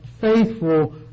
faithful